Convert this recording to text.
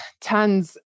tons